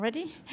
ready